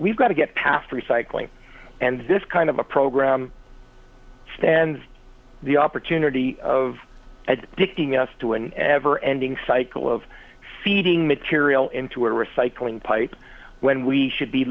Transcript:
we've got to get past recycling and this kind of a program and the opportunity of dicking us to an ever ending cycle of feeding material into a recycling pipe when we should be